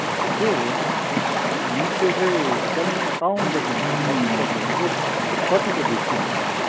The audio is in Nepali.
हजुर त्यो होमस्टे चाहिँ कलिम्पोङ टाउनदेखि चाहिँ बस स्टपदेखि चाहिँ कतिको डिस्ट्यान्समा छ